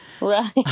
Right